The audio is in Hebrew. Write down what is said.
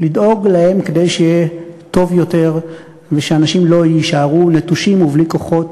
כדי שיהיה טוב יותר וכדי שאנשים לא יישארו נטושים ובלי כוחות,